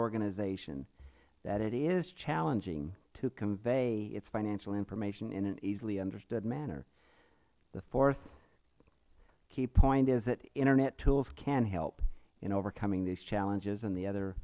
organization that it is challenging to convey its financial information in an easily understood manner the fourth key point is that internet tools can help in overcoming these challenges and the other